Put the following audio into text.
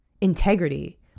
integrity